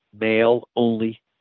male-only